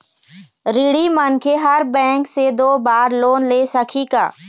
ऋणी मनखे हर बैंक से दो बार लोन ले सकही का?